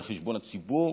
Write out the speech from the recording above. על חשבון הציבור.